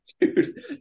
Dude